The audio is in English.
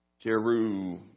Jeru